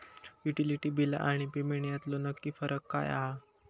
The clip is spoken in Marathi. युटिलिटी बिला आणि पेमेंट यातलो नक्की फरक काय हा?